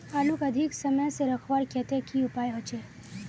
आलूक अधिक समय से रखवार केते की उपाय होचे?